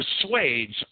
persuades